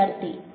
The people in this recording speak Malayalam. വിദ്യാർത്ഥി